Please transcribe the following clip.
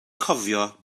cofio